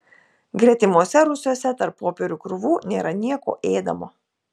gretimuose rūsiuose tarp popierių krūvų nėra nieko ėdamo